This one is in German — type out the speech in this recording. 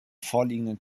vorliegenden